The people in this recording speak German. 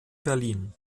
berlin